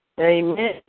Amen